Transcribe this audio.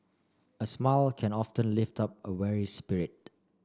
a smile can often lift up a weary spirit